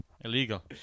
Illegal